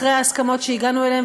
אחרי ההסכמות שהגענו אליהן,